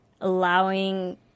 allowing